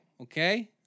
Okay